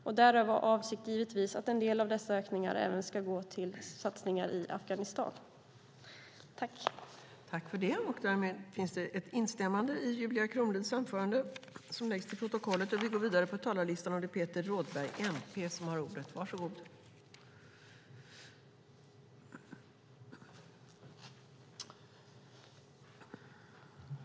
Där är vår avsikt givetvis att en del av dessa ökningar även ska gå till satsningar i Afghanistan. I detta anförande instämde Mikael Jansson .